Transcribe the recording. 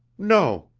no!